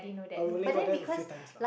but we only got them a few times lah